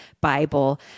Bible